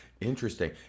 Interesting